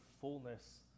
fullness